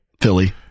Philly